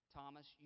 Thomas